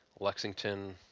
Lexington